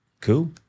cool